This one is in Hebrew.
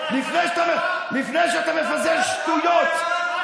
על הכחשת השואה?